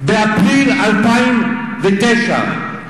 באפריל 2009,